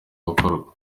gukorwa